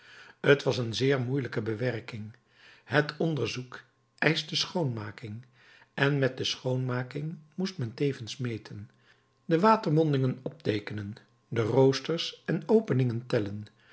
t was een zeer moeielijke bewerking het onderzoek eischte schoonmaking en met de schoonmaking moest men tevens meten de watermondingen opteekenen de roosters en openingen tellen